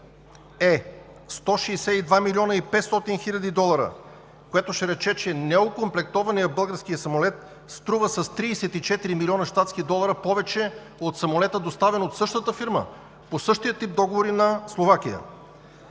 е 162 млн. 500 хил. долара, което ще рече, че неокомплектованият български самолет струва с 34 млн. щатски долара повече от самолета, доставен от същата фирма, по същия тип договори на Словакия.